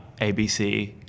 ABC